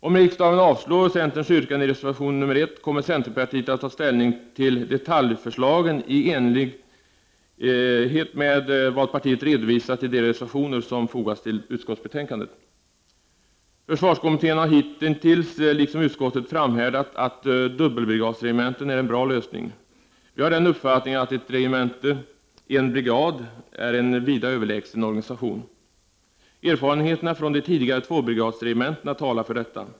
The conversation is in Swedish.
Om riksdagen avslår centerns yrkande i reservation nr 1, kommer centerpartiet att ta ställning till detaljförslagen i enlighet med vad partiet redovisat i de reservationer som fogats till utskottsbetänkandet. Försvarskommittén har hitintills, liksom utskottet, framhärdat att dubbelbrigadsregementen är en bra lösning. Vi har den uppfattningen att ett regemente, en brigad är en vida överlägsen organisation. Erfarenheterna från de tidigare tvåbrigadsregementena talar för detta.